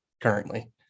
currently